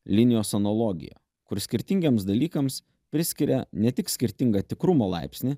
linijos analogiją kur skirtingiems dalykams priskiria ne tik skirtingą tikrumo laipsnį